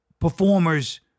performers